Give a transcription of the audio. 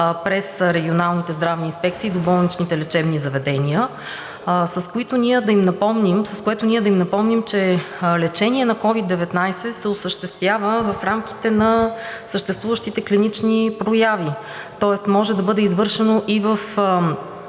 през регионалните здравни инспекции до болничните лечебни заведения, с което да им напомним, че лечение на COVID-19 се осъществява в рамките на съществуващите клинични прояви. Тоест може да бъде извършено и в